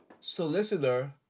Solicitor